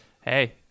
Hey